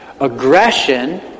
aggression